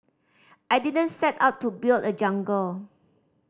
I didn't set out to build a jungle